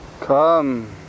Come